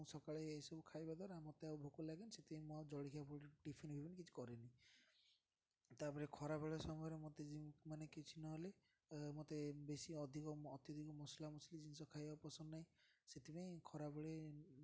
ମୁଁ ସକାଳେ ଏଇସବୁ ଖାଇବା ଦ୍ୱାରା ମୋତେ ଆଉ ଭୋକ ଲାଗେନି ସେଥିପାଇଁ ଆଉ ଜଳଖିଆ ଟିଫିନ ବିଫିନ କିଛି କରେନି ତା'ପରେ ଖରାବେଳେ ସମୟରେ ମୋତେ ମାନେ କିଛି ନହେଲେ ମୋତେ ବେଶୀ ଅଧିକ ଅତ୍ୟଧିକ ମସଲା ମସଲି ଜିନିଷ ଖାଇବାକୁ ପସନ୍ଦ ନାହିଁ ସେଥିପାଇଁ ଖରାବେଳେ